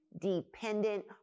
dependent